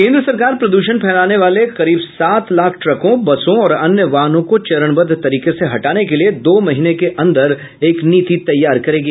केन्द्र सरकार प्रदूषण फैलाने वाले करीब सात लाख ट्रकों बसों और अन्य वाहनों को चरणबद्ध तरीके से हटाने के लिए दो महीने के अंदर एक नीति तैयार करेगी